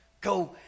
go